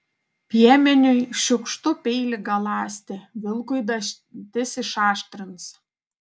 piemeniui šiukštu peilį galąsti vilkui dantis išaštrins